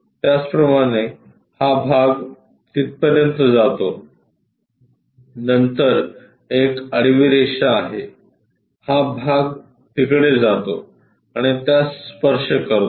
त्याचप्रमाणे हा भाग तिथपर्यंत जातो नंतर एक आडवी रेषा आहे हा भाग तिकडे जातो आणि त्यास स्पर्श करतो